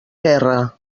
guerra